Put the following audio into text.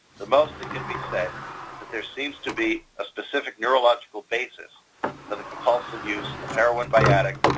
the most that could be said is that there seems to be a specific neurological basis for the compulsive use of heroin by addicts,